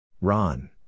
Ron